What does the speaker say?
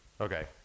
Okay